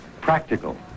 practical